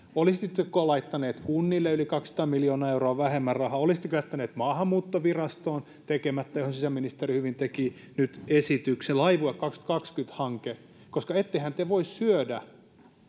olisitteko laittaneet kunnille yli kaksisataa miljoonaa euroa vähemmän rahaa olisitteko jättäneet maahanmuuttovirastoon tekemättä esityksen johon sisäministeri hyvin teki nyt laivue kaksituhattakaksikymmentä hanke koska ettehän te voi syödä